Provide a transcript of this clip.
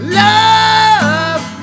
love